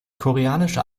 koreanische